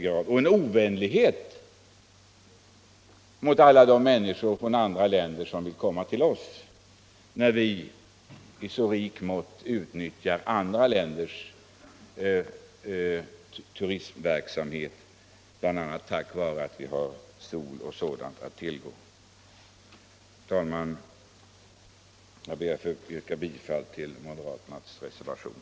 Det är en ovänlighet mot alla de människor från andra länder som vill komma till oss, när vi nu i så rikt mått utnyttjar turistverksamheten i andra länder där vi kan få sol och värme och rekreation. Herr talman! Jag ber att få yrka bifall till moderaternas reservation.